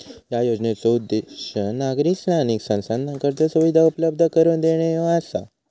या योजनेचो उद्देश नागरी स्थानिक संस्थांना कर्ज सुविधा उपलब्ध करून देणे ह्यो आसा